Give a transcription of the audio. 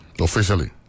Officially